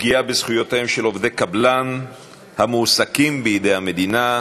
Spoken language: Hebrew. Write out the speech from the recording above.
פגיעה בזכויותיהם של עובדי קבלן המועסקים בידי המדינה,